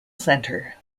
centre